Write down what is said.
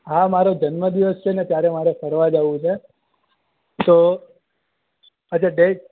હા મારો જન્મદિવસ છે ને ત્યારે મારે ફરવા જવું છે તો અચ્છા ડેટ